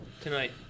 tonight